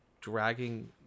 dragging